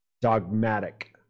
dogmatic